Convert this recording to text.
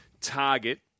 target